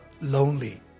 lonely